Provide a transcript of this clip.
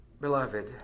beloved